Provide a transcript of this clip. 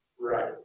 right